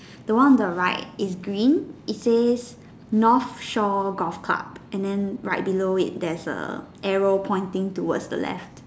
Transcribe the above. the one on the right is green it says north shore golf club and then right below it there's a arrow pointing towards the left